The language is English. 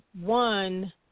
one